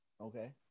Okay